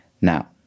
Now